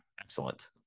excellent